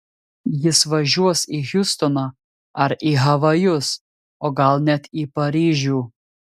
jis važiuos į hjustoną ar į havajus o gal net į paryžių